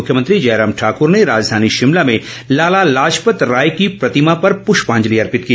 मुख्यमंत्री जयराम ठाकूर ने राजधानी शिमला में लाला लाजपत राय की प्रतिमा पर पुष्पांजलि अर्पित की